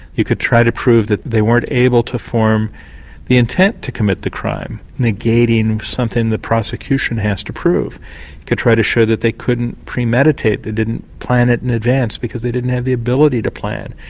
you could try to prove that they weren't able to form the intent to commit the crime, negating something the prosecution has to prove. you could try to show that they couldn't premeditate, they didn't plan it in advance because they didn't have the ability to plan.